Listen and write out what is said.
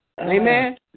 Amen